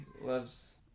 loves